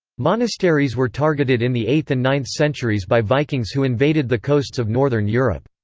monasteries were targeted in the eighth and ninth centuries by vikings who invaded the coasts of northern europe.